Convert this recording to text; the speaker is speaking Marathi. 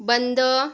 बंद